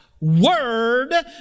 Word